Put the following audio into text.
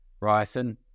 Ryerson